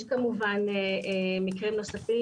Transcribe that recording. יש כמובן מקרים נוספים,